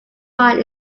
mine